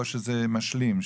או שזה משלים?